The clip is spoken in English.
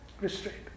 restraint